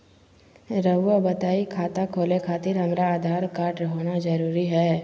रउआ बताई खाता खोले खातिर हमरा आधार कार्ड होना जरूरी है?